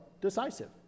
decisive